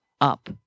up